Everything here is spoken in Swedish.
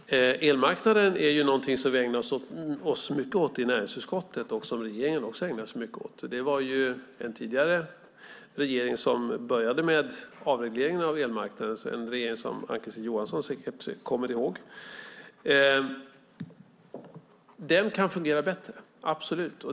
Fru talman! Elmarknaden är någonting som vi ägnar oss mycket åt i näringsutskottet och som regeringen också ägnar sig mycket åt. Det var en tidigare regering som började med avregleringen av elmarknaden - en regering som Ann-Kristine Johansson säkert kommer ihåg. Elmarknaden kan absolut fungera bättre.